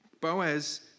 Boaz